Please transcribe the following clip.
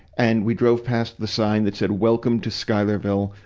and we drove past the sign that said welcome to schuylerville.